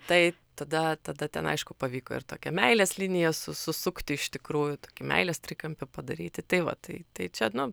tai tada tada ten aišku pavyko ir tokia meilės liniją su susukti iš tikrųjų meilės trikampį padaryti tai vat tai tai čia nu